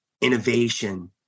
innovation